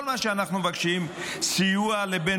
כל מה שאנחנו מבקשים הוא סיוע לבן